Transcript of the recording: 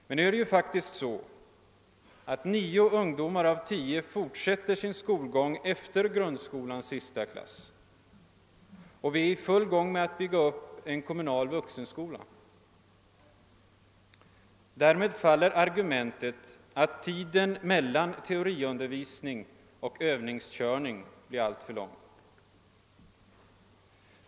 Men nu är det faktiskt så att nio ungdomar av tio fortsätter sin skolgång efter grundskolans sista klass, och vi är i full gång med att bygga upp en kommunal vuxenskola. Därmed faller argumentet att tiden mellan teoriundervisning och övningskörning blir alltför lång.